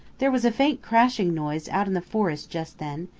there was a faint crashing noise out in the forest just then,